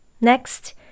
Next